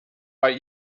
bei